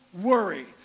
worry